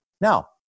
Now